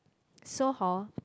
so hor